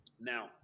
Now